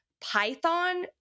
Python